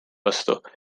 vastu